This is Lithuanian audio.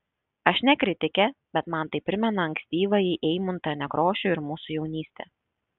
aš ne kritikė bet man tai primena ankstyvąjį eimuntą nekrošių ir mūsų jaunystę